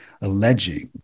alleging